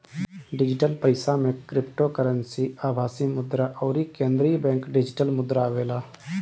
digital पईसा में cryptocurrency, आभासी मुद्रा अउरी केंद्रीय बैंक डिजिटल मुद्रा आवेला